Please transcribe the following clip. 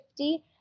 50